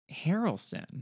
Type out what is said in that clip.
Harrelson